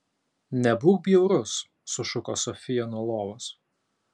nebūk bjaurus sušuko sofija nuo lovos